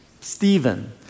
Stephen